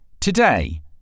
Today